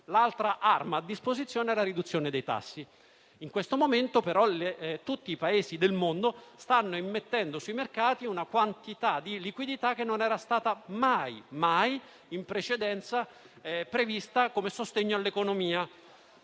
L'altra arma a disposizione è la riduzione dei tassi, ma in questo momento tutti i Paesi del mondo stanno immettendo sui mercati una quantità di liquidità che non era stata mai in precedenza prevista come sostegno all'economia.